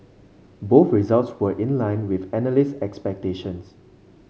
both results were in line with analyst expectations